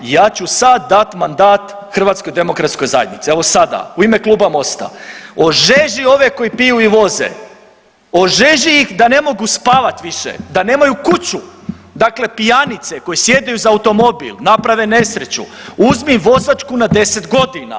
Ja ću sad dat mandat HDZ-u evo sada, u ime Kluba MOST-a ožeži ove koji piju i voze, ožeži ih da ne mogu spavati više, da nemaju kuću, dakle pijanice koji sjedaju za automobil, naprave nesreću, uzmi im vozačku na 10 godina.